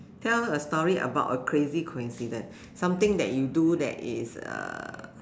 tell a about a crazy coincidence something that you do that is a